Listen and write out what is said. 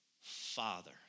Father